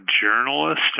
journalist